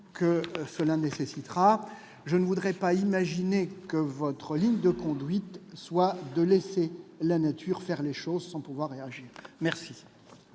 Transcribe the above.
qui seront nécessaires. Je ne saurais imaginer que votre ligne de conduite soit de laisser la nature faire les choses, sans pouvoir réagir. La